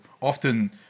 often